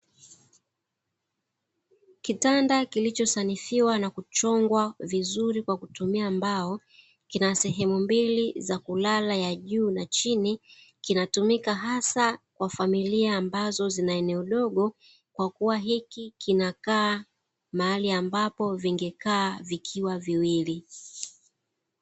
Kitanda kilichosanifiwa na kuchongwa vizuri kwa kutumia mbao kina sehemu mbili za kulala ya juu na chini, kinatumika hasa kwa familia ambazo zina eneo dogo kwa kuwa hiki kinakaa mahali ambapo vingekaa vikiwa viwili.